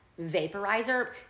vaporizer